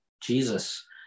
Jesus